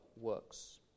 works